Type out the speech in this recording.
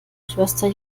schwester